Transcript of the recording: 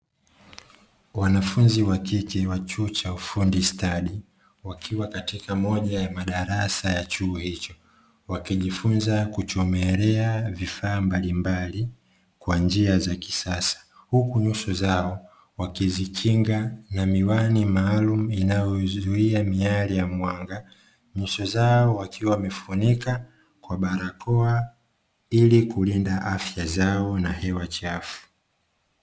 Wanafunzi wa kike wa chuo cha ufundi stadi, wakiwa katika moja ya madarasa ya chuo hicho, wakijifunza kuchomelea vifaa mbalimbali kwa njia za kisasa, huku nyuso zao wakizikinga na miwani maalum inayozuia miale ya mwanga, nyuso zao wakiwa wamefunika kwa barakoa ili kulinda afya zao na hewa chafu.